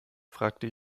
fragte